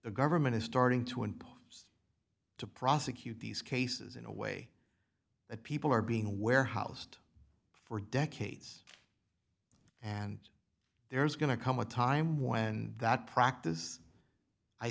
the government is starting to impose to prosecute these cases in a way that people are being warehoused for decades and there is going to come a time when that practice i